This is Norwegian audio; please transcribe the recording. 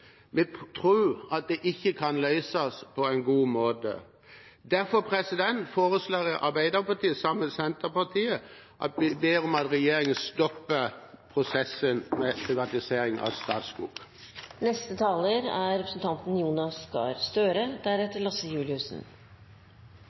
Vi tror ikke det kan løses på en god måte. Derfor foreslår Arbeiderpartiet, sammen med Senterpartiet, at Stortinget ber regjeringen stoppe prosessen med å privatisere Statskog. Først kan det være verdt å minne om at det er